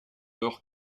leur